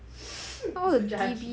you so judgy